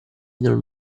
non